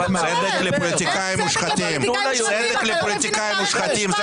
אין צדק לפוליטיקאים מושחתים,